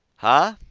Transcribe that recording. huh!